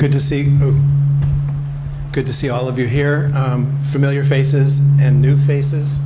good to see good to see all of you here familiar faces and new faces